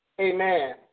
Amen